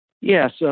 Yes